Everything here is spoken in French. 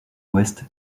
ouest